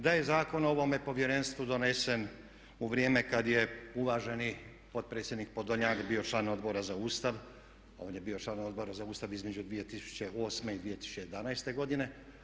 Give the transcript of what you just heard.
Da je zakon o ovome povjerenstvu donesen u vrijeme kad je uvaženi potpredsjednik Podolnjak bio član Odbora za Ustav a on je bio član Odbora za Ustav između 2008. i 2011. godine.